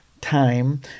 time